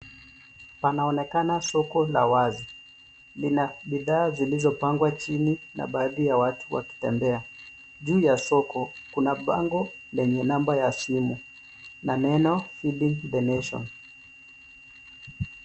Pana onekana soko la wazi lina bidhaa zilizo pangwa chini na baadhi ya watu waki tembea. Juu ya soko kuna bango lenye namba ya simu na neno Feeding the Nation .